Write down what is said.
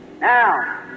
Now